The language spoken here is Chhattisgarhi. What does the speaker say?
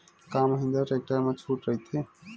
का महिंद्रा टेक्टर मा छुट राइथे?